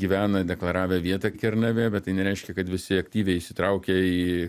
gyvena deklaravę vietą kernavėj bet tai nereiškia kad visi aktyviai įsitraukę į